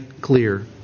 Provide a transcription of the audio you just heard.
clear